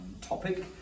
topic